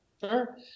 Sure